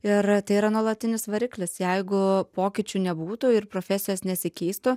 ir tai yra nuolatinis variklis jeigu pokyčių nebūtų ir profesijos nesikeistų